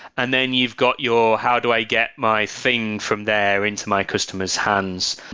and then you've got your how do i get my thing from there into my customers' hands.